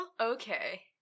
Okay